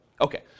Okay